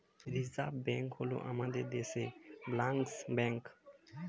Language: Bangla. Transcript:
রিজার্ভ ব্যাঙ্ক হল আমাদের দেশের ব্যাঙ্কার্স ব্যাঙ্ক